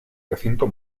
recinto